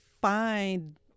find